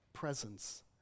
presence